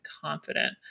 confident